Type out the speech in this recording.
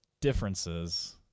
differences